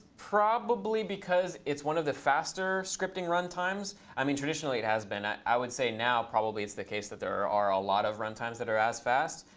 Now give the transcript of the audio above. probably because it's one of the faster scripting runtimes. i mean, traditionally, it has been. ah i would say now, probably, it's the case, that there are are a lot of runtimes that are as fast,